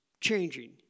changing